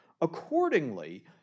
Accordingly